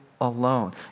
alone